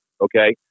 okay